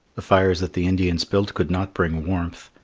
the fires that the indians built could not bring warmth.